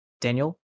Daniel